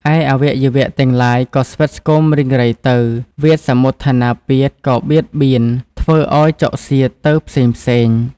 ឯអវយវៈទាំងឡាយក៏ស្វិតស្គមរីងទៅ វាតសមុដ្ឋានាពាធក៏បៀតបៀត ធ្វើឲ្យចុកសៀតទៅផ្សេងៗ ។